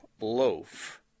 loaf